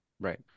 right